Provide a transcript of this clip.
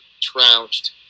trounced